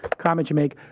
comments you make.